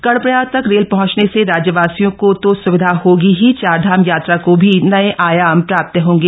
कर्णप्रयाग तक रेल पहुंचने से राज्यवासियों को तो सुविधा ही चारधाम यात्रा को भी नये आयाम प्राप्त होंगे